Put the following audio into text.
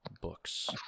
books